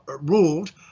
ruled